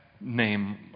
name